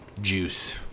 juice